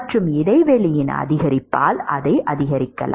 மற்றும் இடைவெளியின் அதிகரிப்பால் அதை அதிகரிக்கலாம்